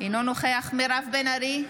אינו נוכח מירב בן ארי,